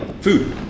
Food